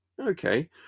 Okay